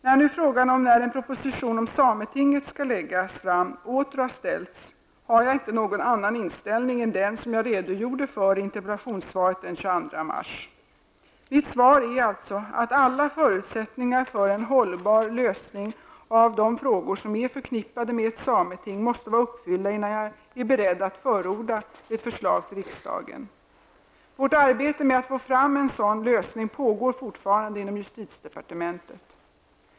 När nu frågan om när en proposition om sametinget skall läggas fram åter har ställts har jag inte någon annan inställning än den som jag redogjorde för i interpellationssvaret i mars 1990. Mitt svar är alltså att alla förutsättningar för en hållbar lösning av de frågor som är förknippade med ett sameting måste vara uppfyllda innan jag är beredd att förorda ett förslag till riksdagen. Vårt arbete med att få fram en sådan lösning pågår fortfarande inom justitiedepartementet.